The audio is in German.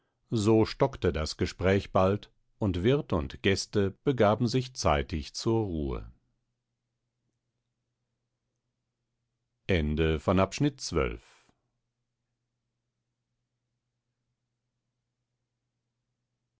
so stockte das gespräch bald und wirt und gäste begaben sich zeitig zur ruhe